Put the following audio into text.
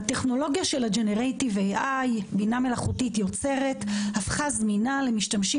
הטכנולוגיה שה- generative AIיוצרת הפכה זמינה למשתמשים